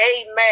amen